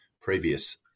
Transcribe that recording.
previous